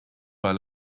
pas